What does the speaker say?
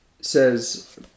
says